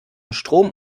strom